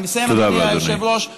אני מסיים, אדוני היושב-ראש.